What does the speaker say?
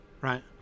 Right